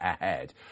ahead